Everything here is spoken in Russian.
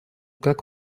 как